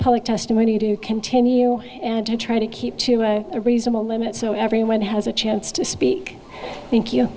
public testimony to continue and to try to keep a reasonable limit so everyone has a chance to speak thank you